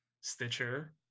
Stitcher